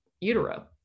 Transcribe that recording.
utero